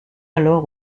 alors